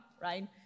right